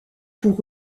pour